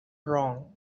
wrong